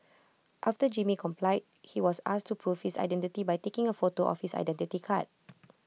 after Jimmy complied he was asked to prove his identity by taking A photo of his Identity Card